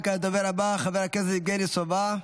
וכעת הדובר הבא, חבר הכנסת יבגני סובה.